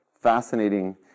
Fascinating